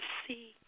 see